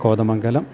Kothamangalam